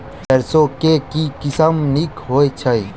सैरसो केँ के किसिम नीक होइ छै?